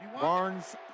Barnes